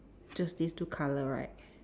just these two colour right